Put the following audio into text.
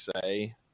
say